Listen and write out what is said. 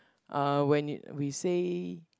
uh when it we say